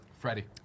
Freddie